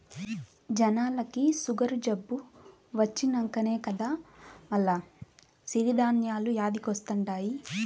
జనాలకి సుగరు జబ్బు వచ్చినంకనే కదా మల్ల సిరి ధాన్యాలు యాదికొస్తండాయి